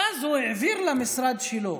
ואז הוא מעביר למשרד שלו